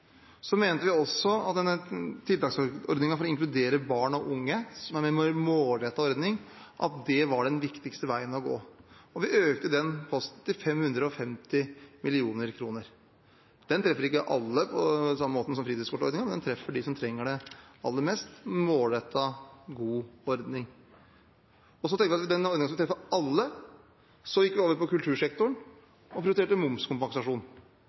mente også at tiltaksordningen for å inkludere barn og unge, som er en målrettet ordning, var den viktigste veien å gå, og vi økte den posten til 550 mill. kr. Den treffer ikke alle på samme måte som fritidskortordningen, men den treffer dem som trenger det aller mest – en målrettet, god ordning. Så tenkte vi på den ordningen som skulle treffe alle. Da gikk vi over på kultursektoren og prioriterte momskompensasjon,